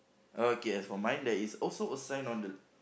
okay as for mine there is also a sign on the